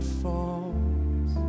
falls